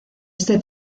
este